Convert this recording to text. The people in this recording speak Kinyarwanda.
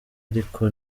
ariko